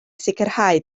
sicrhau